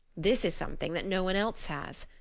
this is something that no one else has.